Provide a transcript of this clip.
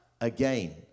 again